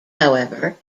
however